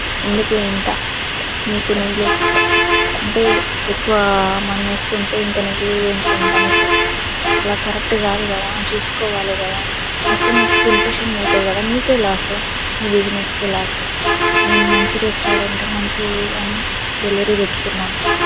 ఎందుకు ఇంత మీకు నెగ్లెక్ట్ అంటే ఎక్కువ మనీ వస్తుంటే ఇంత నెగ్లిజెన్సీ ఉందా మీకు అలా కరెక్ట్ కాదు కదా చూసుకోవాలె గదా కస్టమర్స్కి ఇంప్రెషన్ పోతుంది కదా మీకే లాసు మీ బిజినెస్కే లాసు మేము మంచి రెస్టారెంట్ మంచిది అని డెలివరీ పెట్టుకున్నాం